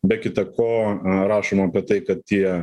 be kita ko rašoma apie tai kad tie